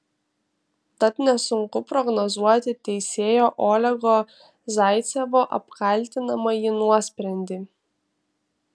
tad nesunku prognozuoti teisėjo olego zaicevo apkaltinamąjį nuosprendį